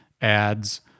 ads